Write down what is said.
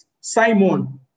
Simon